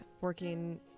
working